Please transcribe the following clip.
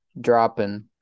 dropping